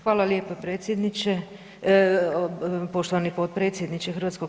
Hvala lijepo predsjedniče, poštovani potpredsjedniče HS.